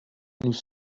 nous